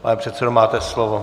Pane předsedo, máte slovo.